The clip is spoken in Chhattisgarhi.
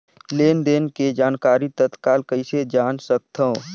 लेन देन के जानकारी तत्काल कइसे जान सकथव?